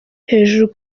hejuru